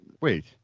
wait